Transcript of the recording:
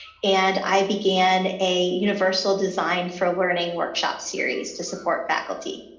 and i began a universal design for learning workshop series to support faculty.